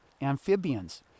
amphibians